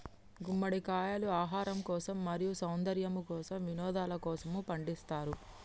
గుమ్మడికాయలు ఆహారం కోసం, మరియు సౌందర్యము కోసం, వినోదలకోసము పండిస్తారు